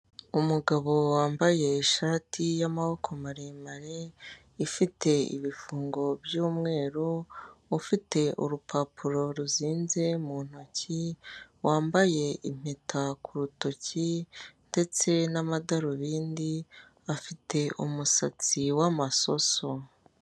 Umugabo wambaye ishati y'amaboko maremare; ifite ibifungo by'umweru, ufite urupapuro ruzinze mu ntoki, wambaye impeta ku rutoki ndetse n'amadarubindi, afite umusatsi w'amasoso.